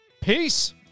Peace